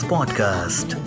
Podcast